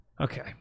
Okay